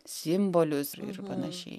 simbolius ir panašiai